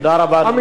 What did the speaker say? תודה רבה, אדוני.